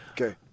Okay